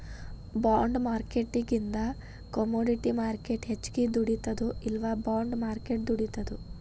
ಬಾಂಡ್ಮಾರ್ಕೆಟಿಂಗಿಂದಾ commodity market ಹೆಚ್ಗಿ ದುಡಿತದೊ ಇಲ್ಲಾ ಬಾಂಡ್ ಮಾರ್ಕೆಟ್ ದುಡಿತದೊ?